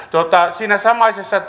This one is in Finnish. siinä samaisessa